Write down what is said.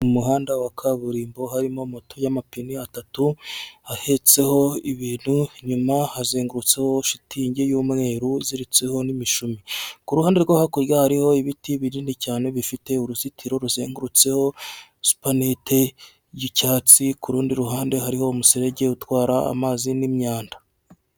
Mu muhanda wa kaburimbo harimo moto y'amapine atatu ahetseho ibintu inyuma hazengutseho shitingi y'umweru uziritseho n'mishumi, ku ruhande rwo hakurya hariho ibiti binini cyane bifite uruzitiro ruzengurutsehosupaninete y'icyatsi kurundi ruhande hariho umuserege utwara amazi n'imyanda.